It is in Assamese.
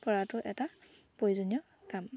পৰাটো এটা প্ৰয়োজনীয় কাম